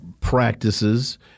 practices